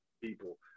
people